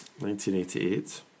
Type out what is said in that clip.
1988